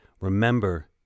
remember